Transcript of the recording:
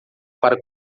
para